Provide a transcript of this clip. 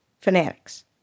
fanatics